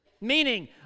meaning